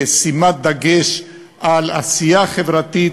שימת דגש על עשייה חברתית,